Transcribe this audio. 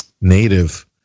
native